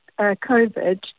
COVID